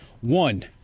One